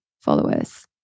followers